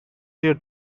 year